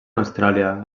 austràlia